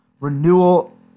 Renewal